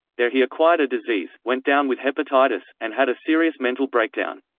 there he acquired a disease, went down with hepatitis, and had a serious mental breakdown.